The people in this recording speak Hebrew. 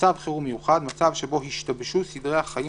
'מצב חירום מיוחד' - מצב שבו השתבשו סדרי החיים